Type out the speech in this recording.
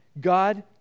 God